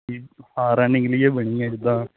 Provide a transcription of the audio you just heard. ਹਾਂ ਰਨਿੰਗ ਲਈਏ ਬਣੀ ਆ ਜਿੱਦਾਂ